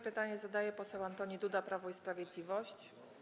Pytanie zadaje poseł Antoni Duda, Prawo i Sprawiedliwość.